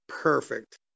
Perfect